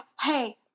hey